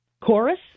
Chorus